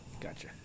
Gotcha